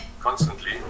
constantly